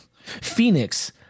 Phoenix